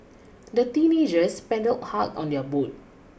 the teenagers paddled hard on their boat